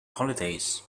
holidays